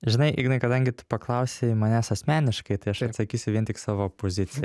žinai ignai kadangi tu paklausei manęs asmeniškai tai aš atsakysiu vien tik savo pozici